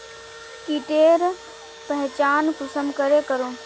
कीटेर पहचान कुंसम करे करूम?